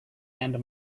and